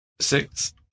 Six